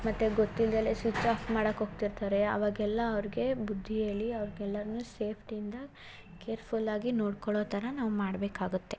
ಮತ್ತು ಗೊತ್ತಿಲ್ದಲೇ switch off ಮಾಡೋಕೆ ಹೋಗ್ತಿರ್ತಾರೆ ಆವಾಗೆಲ್ಲ ಅವ್ರ್ಗೆ ಬುದ್ಧಿ ಹೇಳಿ ಅವ್ರ್ಗೆ ಎಲ್ಲಾನು ಸೇಫ್ಟಿಯಿಂದ ಕೇರ್ಫುಲ್ಲಾಗಿ ನೋಡ್ಕೊಳೋ ಥರ ನಾವು ಮಾಡ್ಬೇಕಾಗುತ್ತೆ